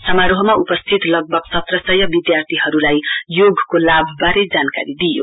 समारोहमा उपस्थित लगभग सत्रसय विद्यार्थीहरूलाई योगका लाभबारे जानकारी दिइयो